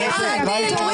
תגני.